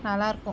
நல்லா இருக்கும்